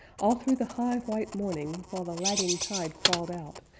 all through the high white morning, while the lagging tide crawled out,